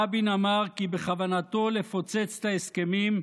רבין אמר כי בכוונתו לפוצץ את ההסכמים,